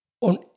on